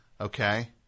Okay